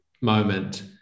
moment